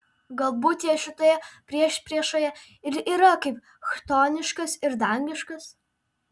galbūt jie šitoje priešpriešoje ir yra kaip chtoniškas ir dangiškas